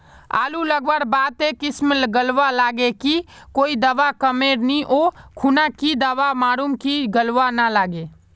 आलू लगवार बात ए किसम गलवा लागे की कोई दावा कमेर नि ओ खुना की दावा मारूम जे गलवा ना लागे?